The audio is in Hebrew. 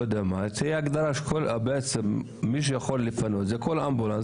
תהיה הגדרה שמי שיכול לפנות הוא כל אמבולנס